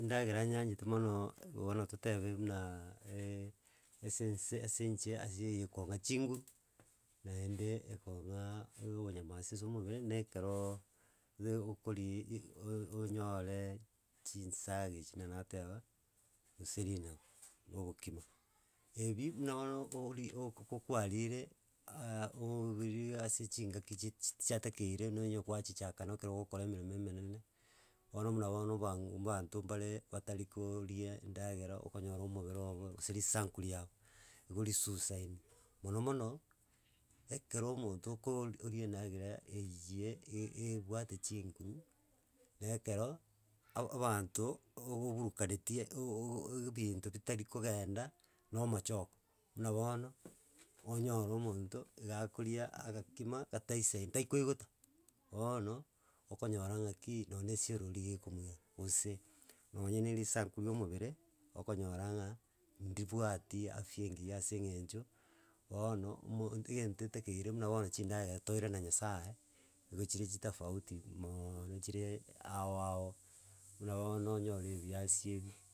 Endagera nyanchete monooo bono totebe buna esense ase inche ase eye ekong'a chinguru, naende ekong'aa obonyamasi ase omobere na ekeroooo be okoriiii- i o- onyore chinsaga echio buna nateba, gose rinagu na obokima. Ebi, muna bono ori okokokwarire ooobirie ase chingaki chi chit chiatekeire noyo gwachikana na ekero ogokora emeremo emenene. Bono muna bono oba banto mbare batari koooria endagera okonyora omobere obo gose risanku riabo, igo risusaine monomono, ekero omonto okoor oria endagera eyie e- ebwate chinguru, na ekero abanto oboburukanetie o- o- ogo ebinto bitari kogenda na omochoko. Buna bono, onyore omonto iga akoria agakima gataisaini taikoigota bono, okonyora ng'aki nonye na esiorori igekomoira, gose nonye na erisanku ria omobere, okonyora ng'a ndibwati afya engiya ase eng'encho bono mo egento etakeire muna bono chindagera toirana chasaye igo chire chitafauti moooono chire ao ao buna bono onyore ebiasi ebi.